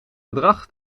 bedrag